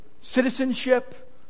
citizenship